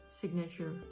signature